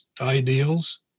ideals